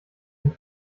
den